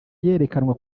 yerekanwa